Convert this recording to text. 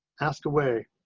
ask away.